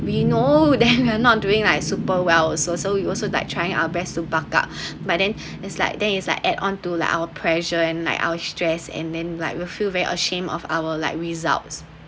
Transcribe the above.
we know that we are not doing like super well so so you also like trying our best to backup but then is like there is like add on to like our pressure and like our stress and then like you will feel very ashamed of our like results